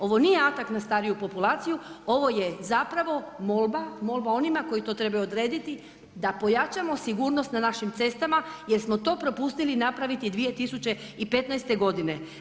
Ovo nije atak na stariju populaciju, ovo je zapravo molba onima koji to trebaju odrediti, da pojačamo sigurnost na našim cestama, jer smo to propustili napraviti 2015. godine.